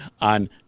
on